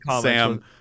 Sam